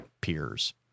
peers